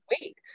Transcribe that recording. wait